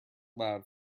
loud